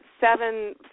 seven